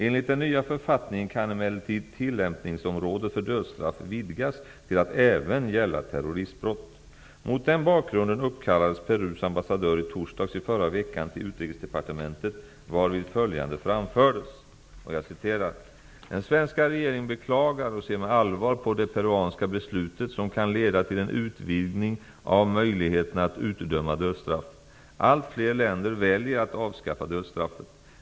Enligt den nya författningen kan emellertid tillämpningsområdet för dödsstraff vidgas till att även gälla terroristbrott. Mot den bakgrunden uppkallades Perus ambassadör i torsdags i förra veckan till ''Den svenska regeringen beklagar och ser med allvar på det peruanska beslutet som kan leda till en utvidgning av möjligheterna att utdöma dödsstraff. Alltfler länder väljer att avskaffa dödsstraffet.